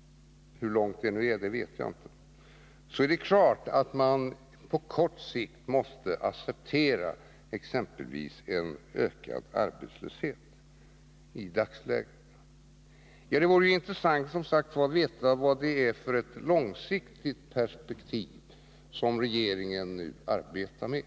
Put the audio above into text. — hur långsiktigt det är vet jag inte — är det klart att man i dagsläget måste acceptera exempelvis en ökad arbetslöshet, säger industriministern. Det vore intressant att få veta vad det är för långsiktigt perspektiv som regeringen nu arbetar med.